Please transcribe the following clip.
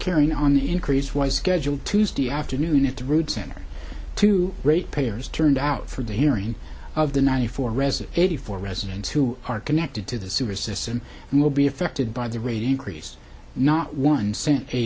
hearing on the increase was scheduled tuesday afternoon at the rude center to ratepayers turned out for the hearing of the ninety four resit eighty four residents who are connected to the sewer system and will be affected by the raid increase not one sent a